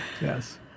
Yes